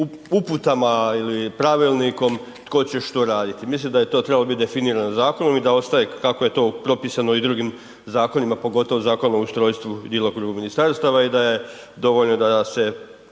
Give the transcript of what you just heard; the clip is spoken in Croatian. uputama ili pravilnikom tko će što raditi. Mislim da bi to trebalo biti definirano zakonom i da ostaje kako je to propisano i drugim zakonima pogotovo Zakonom o ustrojstvu i djelokrugu ministarstva i da je dovoljno da se